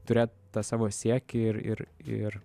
turėt tą savo siekį ir ir ir